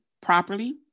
properly